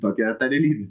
tokia ta realybė